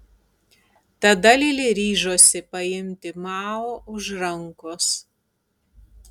tada lili ryžosi paimti mao už rankos